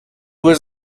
was